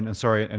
and sorry, and